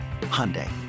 Hyundai